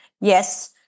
yes